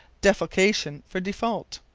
defalcation for default.